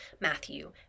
Matthew